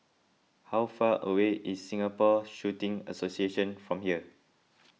how far away is Singapore Shooting Association from here